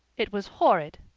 it was horrid.